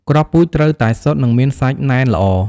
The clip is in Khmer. គ្រាប់ពូជត្រូវតែសុទ្ធ និងមានសាច់ណែនល្អ។